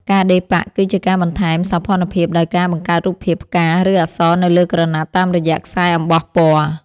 ការដេរប៉ាក់ គឺជាការបន្ថែមសោភ័ណភាពដោយការបង្កើតរូបភាព ផ្កា ឬអក្សរនៅលើក្រណាត់តាមរយៈខ្សែអំបោះពណ៌។